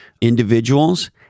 individuals